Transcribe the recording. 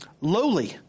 lowly